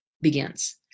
begins